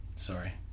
sorry